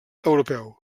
europeu